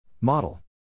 Model